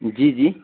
جی جی